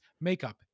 makeup